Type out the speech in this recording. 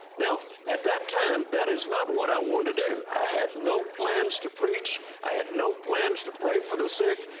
now, at that time, that is not what i wanted to do. i had no plans to preach. i had no plans to pray for the sick.